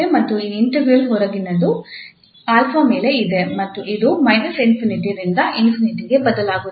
ಮತ್ತು ಈ ಇಂಟಿಗ್ರಾಲ್ ಹೊರಗಿನದು 𝛼 ಮೇಲೆ ಇದೆ ಮತ್ತು ಇದು −∞ ರಿಂದ ∞ ಗೆ ಬದಲಾಗುತ್ತದೆ